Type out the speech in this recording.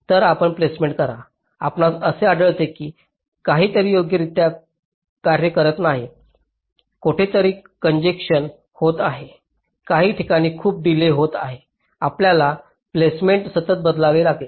तर आपण प्लेसमेंट करा आपणास असे आढळेल की काहीतरी योग्यरित्या कार्य करत नाही आहे कोठेतरी कंजेशन होत आहे काही ठिकाणी खूप डिलेज होत आहे आपल्याला प्लेसमेंट सतत बदलावे लागेल